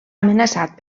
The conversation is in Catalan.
amenaçat